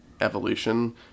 evolution